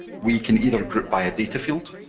we can either group by a data field,